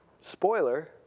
Spoiler